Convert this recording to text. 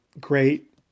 great